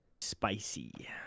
spicy